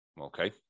okay